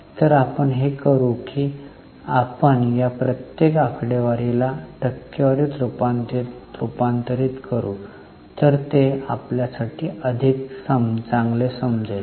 तर आपण हे करू की आपण या प्रत्येक आकडेवारीला टक्केवारीत रूपांतरित करू तर ते आपल्यासाठी अधिक चांगले समजेल